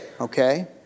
okay